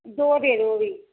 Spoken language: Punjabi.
ਦੋ ਦੇ ਦਿਓ ਓਹ ਵੀ